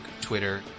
Twitter